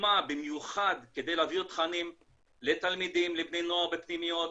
הוקמה במיוחד כדי להעביר תכנים לתלמידים ובני נוער בפנימיות,